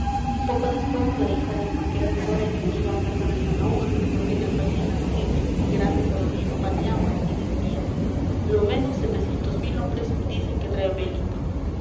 poco después la hija del marqués de porreño iba a casa de sanahúja donde ya sabían la noticia gracias a don lino paniagua y decía lo menos setecientos mil hombres dicen que trae vellinton